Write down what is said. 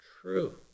true